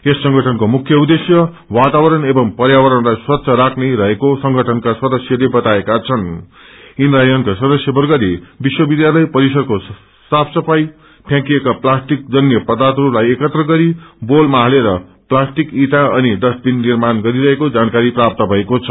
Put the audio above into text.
यस संगठनको मुख्य उद्देश्य वातावरण एवं पर्यावरणलाई स्वच्छ राख्ने रहेको संगठनका सदस्यले बताएका छनृं इन्द्रायणका सदस्यवर्गले विश्वविध्यालय परिसरको साफ सफााई फ्याँकिएका प्लाष्टिक अन्य पर्दाथहरूलाई एकत्र गरि बोलमा हालेर प्लाष्टिक अनि डस्टविनमा निार्माण गरिरहेको जानकारी प्राप्त भएको छ